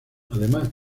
además